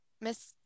Miss